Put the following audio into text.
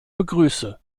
begrüße